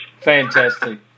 fantastic